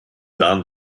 waren